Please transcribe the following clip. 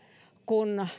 kun